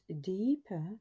deeper